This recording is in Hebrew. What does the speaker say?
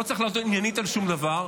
לא צריך לענות עניינית על שום דבר.